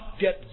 get